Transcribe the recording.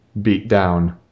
beatdown